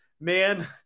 man